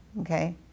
okay